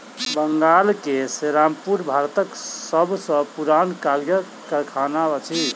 बंगाल के सेरामपुर भारतक सब सॅ पुरान कागजक कारखाना अछि